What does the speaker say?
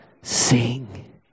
sing